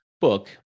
book